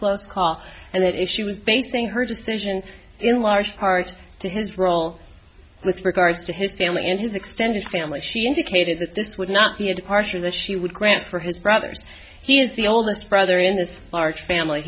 close call and that if she was basing her decision in large part to his role with regards to his family and his extended family she indicated that this would not be a departure that she would grant for his brothers he is the oldest brother in this large family